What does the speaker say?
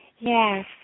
Yes